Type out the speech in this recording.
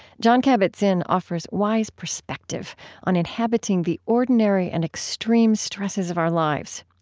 jon kabat-zinn offers wise perspective on inhabiting the ordinary and extreme stresses of our lives.